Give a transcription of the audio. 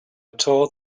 taught